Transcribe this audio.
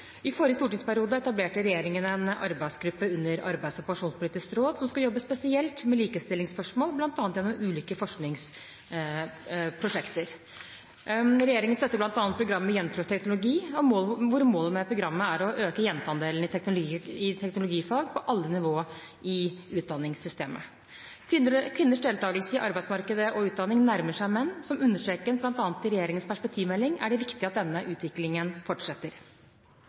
I forrige stortingsperiode etablerte regjeringen en arbeidsgruppe under Arbeidslivs- og pensjonspolitisk råd som skal jobbe spesielt med likestillingsspørsmål, bl.a. gjennom ulike forskningsprosjekter. Regjeringen støtter bl.a. programmet «Jenter og teknologi», hvor målet er å øke jenteandelen i teknologifag på alle nivåer i utdanningssystemet. Kvinners deltakelse i arbeidsmarkedet og utdanning nærmer seg menns. Som understreket bl.a. i regjeringens perspektivmelding er det viktig at denne utviklingen fortsetter.